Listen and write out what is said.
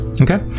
Okay